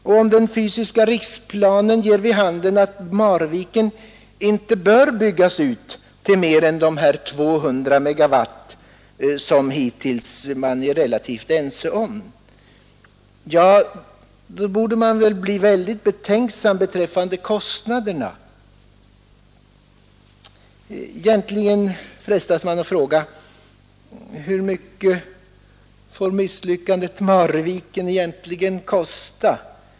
Och om den fysiska riksplanen ger vid handen att Marviken inte bör byggas ut till mer än 200 MW som man hittills är relativt ense om, då borde man väl bli betänksam beträffande kostnaderna. Egentligen frestas man att fråga: Hur mycket får misslyckandet Marviken egentligen kosta?